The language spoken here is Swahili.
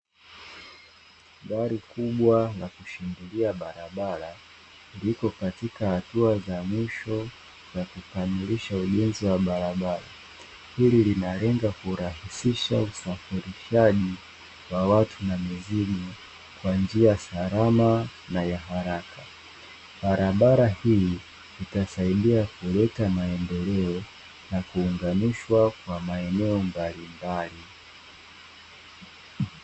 Gari kubwa la kushindilia barabara liko katika hatua za mwisho za kukamilisha ujenzi wa barabara. Hii inalenga kurahisisha usafirishaji wa watu na mizigo kwa njia salama na ya haraka. Barabara hii itasaidia kuleta maendeleo na kuunganishwa kwa maeneo mbalimbali.